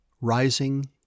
rising